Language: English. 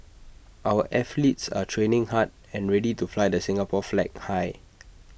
our athletes are training hard and ready to fly the Singapore flag high